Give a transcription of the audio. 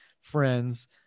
friends